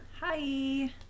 Hi